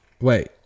Wait